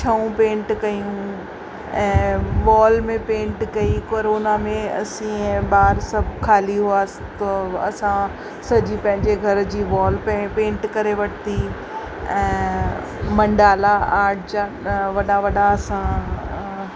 छऊं पेंट कयूं ऐं वॉल में पेंट कई करोना में असीं ऐं ॿार सभु ख़ाली हुआसीं पोइ असां सॼी पंहिंजे घर जी वॉल प पेंट करे वरिती ऐं मंडाला आर्ट जा वॾा वॾा असां